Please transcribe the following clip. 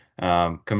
come